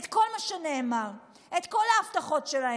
את כל מה שנאמר, את כל ההבטחות שלהם.